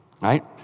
right